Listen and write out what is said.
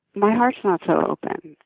my heart's not so open.